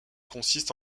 consiste